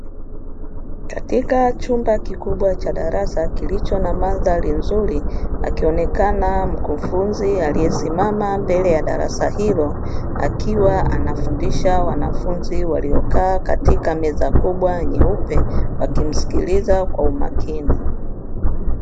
Katika chumba kikubwa cha darasa kilicho na mandhari nzuri, akionekana mkufunzi aliyesimama mbele ya darasa hilo akiwa anafundisha wanafunzi waliokaa katika meza kubwa nyeupe wakimsikiliza kwa umakini.